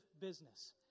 business